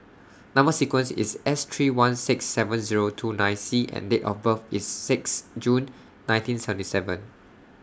Number sequence IS S three one six seven Zero two nine C and Date of birth IS six June nineteen seventy seven